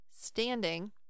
standing